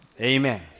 Amen